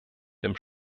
dem